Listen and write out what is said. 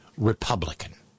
Republican